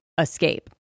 escape